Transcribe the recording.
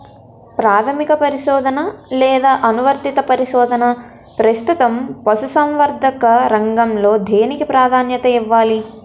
ప్రాథమిక పరిశోధన లేదా అనువర్తిత పరిశోధన? ప్రస్తుతం పశుసంవర్ధక రంగంలో దేనికి ప్రాధాన్యత ఇవ్వాలి?